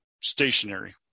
stationary